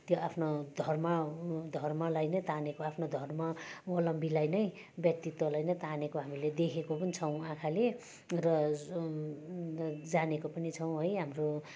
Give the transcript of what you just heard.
त्यो आफ्नो धर्म धर्मलाई नै तानेको आफ्नो धर्मावलम्बीलाई नै व्यक्तित्वलाई नै तानेको हामीले देखेको पनि छौँ आँखाले र जानेको पनि छौँ है हाम्रो